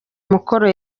umukoro